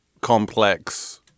complex